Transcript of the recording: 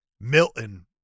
Milton